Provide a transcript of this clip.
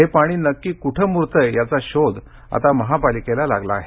हे पाणी नक्की कुठे मूरतंय याचा शोध आता महापालिकेला लागला आहे